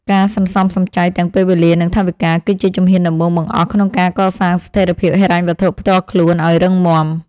ការសន្សំសំចៃទាំងពេលវេលានិងថវិកា គឺជាជំហានដំបូងបង្អស់ក្នុងការកសាងស្ថិរភាពហិរញ្ញវត្ថុផ្ទាល់ខ្លួនឱ្យរឹងមាំ។